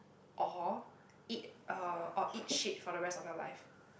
or eat uh or eat shit for the rest of your life